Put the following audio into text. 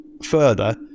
Further